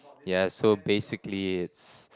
yeah so basically it's